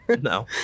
No